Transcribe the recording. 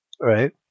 right